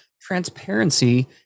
transparency